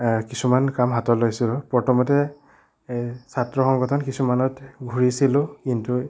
কিছুমান কাম হাতত লৈছোঁ প্ৰথমতে এই ছাত্ৰ সংগঠন কিছুমানত ঘূৰিছিলোঁ কিন্তু